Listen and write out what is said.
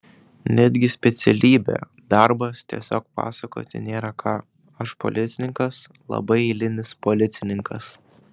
netgi specialybė darbas tiesiog pasakoti nėra ką aš policininkas labai eilinis policininkas